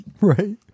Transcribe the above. Right